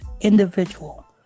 individual